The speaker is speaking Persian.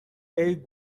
عید